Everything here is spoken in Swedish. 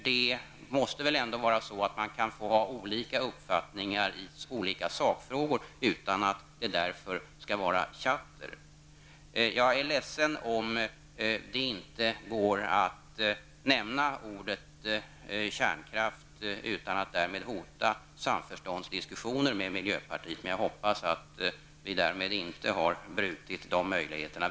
Man måste väl ändå kunna få ha olika uppfattning i olika sakfrågor utan att det därför kallas tjatter? Jag är ledsen om det inte går att nämna ordet kärnkraft utan att därmed hota samförståndsdiskussioner med miljöpartiet, men jag hoppas att vi därmed inte har förstört de möjligheterna.